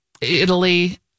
italy